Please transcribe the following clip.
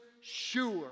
sure